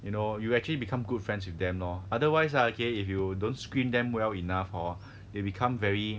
you know you actually become good friends with them lor otherwise ah okay if you don't screen them well enough hor they become very